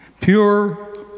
pure